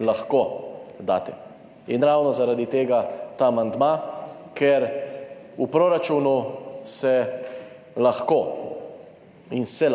lahko daste. In ravno zaradi tega ta amandma, ker v proračunu se lahko in se